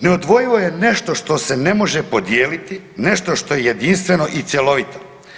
Neodvojivo je nešto što se ne može podijeliti, nešto što je jedinstveno i cjelovito.